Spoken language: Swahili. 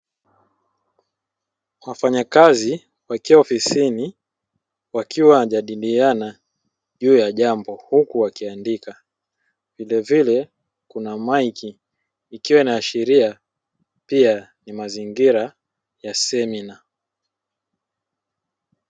Wafanyakazi wakiwa ofisini wakiwa wanajadiliana juu ya jambo huku wakiandika, vilevile Kuna maiki ikiwa inaashiria pia ni mazingira ya semina.